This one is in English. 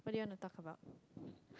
what do you want to talk about